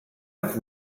off